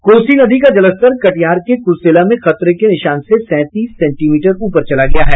कोसी नदी का जलस्तर कटिहार के कुर्सेला में खतरे के निशान से सैंतीस सेंटीमीटर ऊपर चला गया है